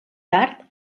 tard